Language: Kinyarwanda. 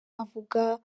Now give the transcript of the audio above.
avuga